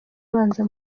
ubanza